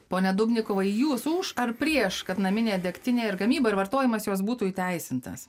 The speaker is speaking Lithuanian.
pone dubnikovai jūs už ar prieš kad naminė degtinė ir gamyba ir vartojimas jos būtų įteisintas